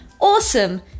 awesome